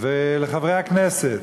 חברי הכנסת,